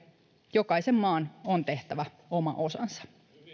jokaisen maan on tehtävä oma osansa